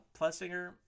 Plessinger